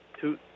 Two